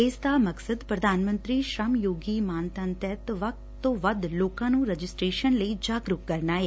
ਇਸ ਦਾ ਮਕਸਦ ਪੁਧਾਨ ਮੰਤਰੀ ਸੁਮਯੋਗੀ ਮਾਣ ਧੰਨ ਤਹਿਤ ਵੱਧ ਤੋ ਵੱਧ ਲੋਕਾਂ ਨੂੰ ਰਜਿਸਟਰੇਸ਼ਨ ਲਈ ਜਾਗਰੁਕ ਕਰਨਾ ਏ